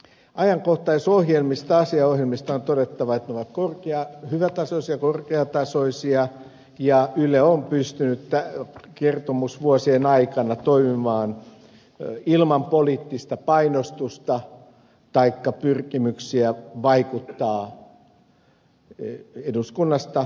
ajankohtaisohjelmista asiaohjelmista on todettava että ne ovat hyvätasoisia korkeatasoisia ja yle on pystynyt kertomusvuosien aikana toimimaan ilman poliittista painostusta taikka pyrkimyksiä vaikuttaa eduskunnasta esimerkiksi sen toimintaan